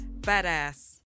Badass